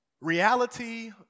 Reality